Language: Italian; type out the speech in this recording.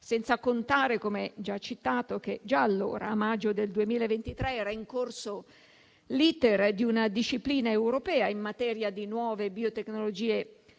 Senza contare - come già citato - che già allora, a maggio del 2023, era in corso l'*iter* di una disciplina europea in materia di nuove biotecnologie vegetali,